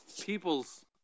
people's